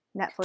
Netflix